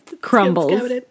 crumbles